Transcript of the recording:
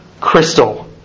crystal